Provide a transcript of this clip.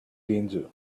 danger